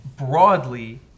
broadly